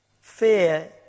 Fear